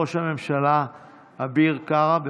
יציג את הצעת החוק סגן השר במשרד ראש הממשלה אביר קארה.